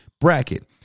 bracket